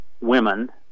women